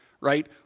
right